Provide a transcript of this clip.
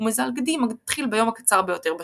ומזל גדי מתחיל ביום הקצר ביותר בשנה.